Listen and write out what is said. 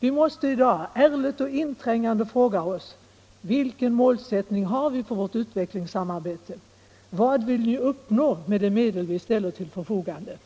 Vi måste i dag ärligt och inträngande fråga oss: Vilken målsättning har vi för vårt utvecklingsarbete? Vad vill vi uppnå med de medel vi ställer till förfogande?